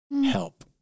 Help